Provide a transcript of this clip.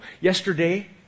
yesterday